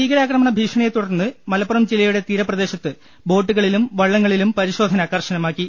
ഭീകരാക്രമണ ഭീഷണിയെത്തുടർന്ന് മലപ്പുറം ജില്ലയുടെ തീരപ്രദേശത്ത് ബോട്ടുകളിലും വള്ളങ്ങളിലും പരിശോധന കർശനമാക്കി